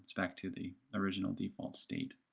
back to the original default state.